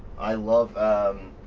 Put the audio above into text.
i love um,